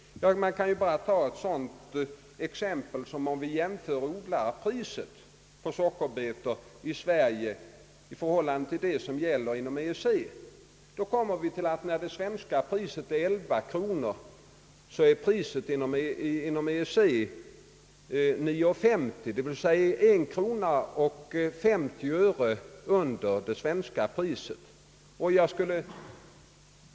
Jag kan ta ett sådant exempel som en jämförelse mellan odlarpriset i Sverige och det som gäller inom EEC. Medan priset i Sverige är 11 kronor så är det i EEC 9: 50, d. v. s. 1 krona och 50 öre under det svenska priset.